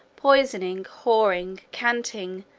poisoning, whoring, canting,